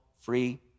free